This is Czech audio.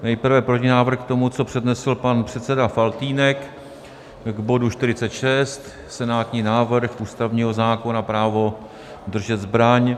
Nejprve protinávrh k tomu, co přednesl pan předseda Faltýnek, k bodu 46, senátní návrh ústavního zákona právo držet zbraň.